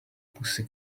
pussy